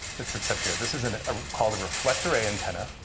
that sits up here. this is and ah called reflect array antenna,